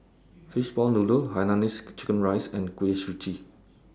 Fishball Noodle Hainanese Curry Rice and Kuih Suji